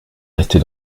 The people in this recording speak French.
rester